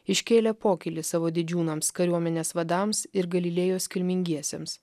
iškėlė pokylį savo didžiūnams kariuomenės vadams ir galilėjos kilmingiesiems